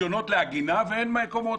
רישיונות לעגינה ואין מקומות.